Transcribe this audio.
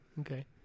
okay